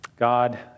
God